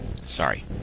sorry